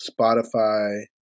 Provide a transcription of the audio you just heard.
Spotify